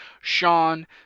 Sean